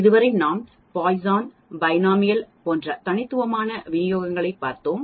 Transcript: இதுவரை நாம் Poisson binomial போன்ற தனித்துவமான விநியோகங்களைப் பார்த்தோம்